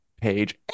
page